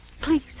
Please